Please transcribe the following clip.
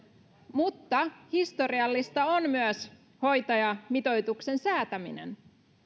mutta historiallista on myös hoitajamitoituksen säätäminen